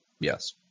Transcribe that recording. Yes